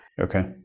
Okay